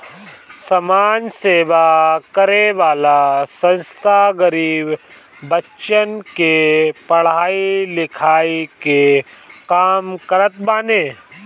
समाज सेवा करे वाला संस्था गरीब बच्चन के पढ़ाई लिखाई के काम करत बाने